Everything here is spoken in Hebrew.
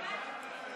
תוצאות